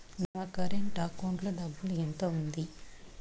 నా current account లో డబ్బులు ఎంత ఉంది?